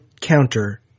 counter